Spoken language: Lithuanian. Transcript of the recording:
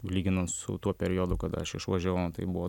lyginant su tuo periodu kada aš išvažiavau tai buvo